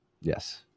Yes